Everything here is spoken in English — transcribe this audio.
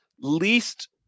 least